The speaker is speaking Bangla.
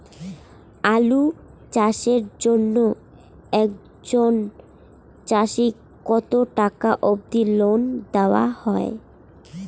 আলু চাষের জন্য একজন চাষীক কতো টাকা অব্দি লোন দেওয়া হয়?